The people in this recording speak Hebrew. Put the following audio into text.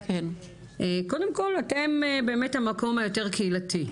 קודם כל אתם באמת המקום היותר קהילתי.